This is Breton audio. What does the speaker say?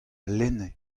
lenne